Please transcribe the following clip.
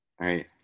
right